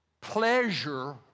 Pleasure